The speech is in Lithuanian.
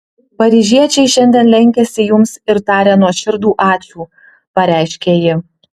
paryžiečiai šiandien lenkiasi jums ir taria nuoširdų ačiū pareiškė ji